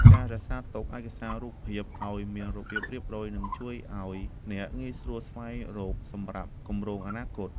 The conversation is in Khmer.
ការរក្សាទុកឯកសាររូបភាពឱ្យមានរបៀបរៀបរយ នឹងជួយឱ្យអ្នកងាយស្រួលស្វែងរកសម្រាប់គម្រោងអនាគត។